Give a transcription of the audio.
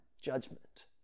judgment